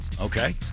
Okay